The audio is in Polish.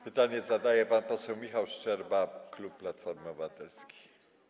Pytanie zadaje pan poseł Michał Szczerba, klub Platformy Obywatelskiej.